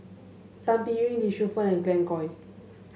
Tan Biyun Lee Shu Fen and Glen Goei